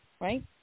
Right